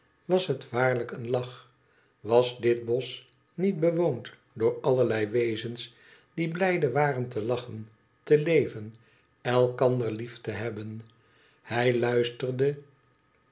was het waarlijk een lach was dit bosch niet bewoond door allerlei wezens die blijde waren te lachen te leven elkander lief te hebben hij luisterde